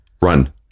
run